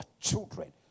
children